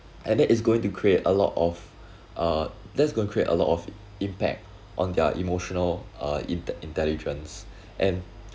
and then it's going to create a lot of uh that's gonna create a lot of impact on their emotional uh in the intelligence and